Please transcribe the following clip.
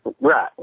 Right